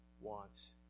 wants